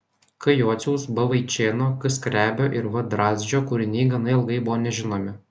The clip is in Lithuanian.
k jociaus b vaičėno k skrebio ir v drazdžio kūriniai gana ilgai buvo nežinomi